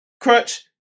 Crutch